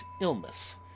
illness